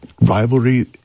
rivalry